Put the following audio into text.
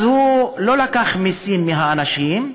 אז הוא לא לקח מסים מהאנשים,